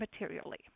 materially